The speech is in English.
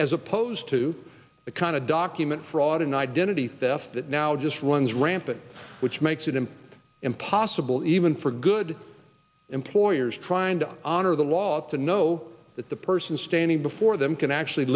as opposed to the kind of document fraud and identity theft that now just runs rampant which makes it an impossible even for good employers trying to honor the law to know that the person standing before them can actually